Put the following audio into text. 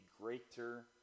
greater